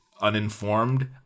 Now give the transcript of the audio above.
uninformed